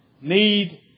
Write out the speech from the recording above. need